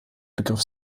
begriff